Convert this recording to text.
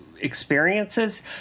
experiences